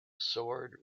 sword